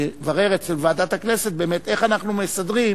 נברר אצל ועדת הכנסת איך אנחנו מסדרים